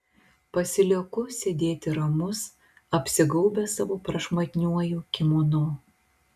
pasilieku sėdėti ramus apsigaubęs savo prašmatniuoju kimono